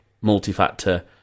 multi-factor